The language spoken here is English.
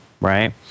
right